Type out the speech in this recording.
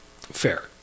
Fair